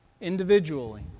individually